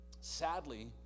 sadly